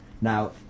Now